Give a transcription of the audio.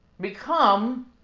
become